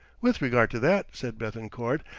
with regard to that, said bethencourt,